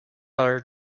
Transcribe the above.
are